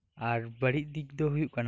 ᱟᱨ ᱵᱟᱹᱲᱤᱡ ᱫᱤᱠ ᱫᱚ ᱦᱩᱭᱩᱜ ᱠᱟᱱᱟ